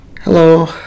Hello